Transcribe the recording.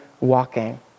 walking